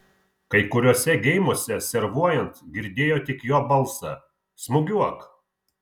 kai kuriuose geimuose servuojant girdėjo tik jo balsą smūgiuok